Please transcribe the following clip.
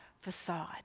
facade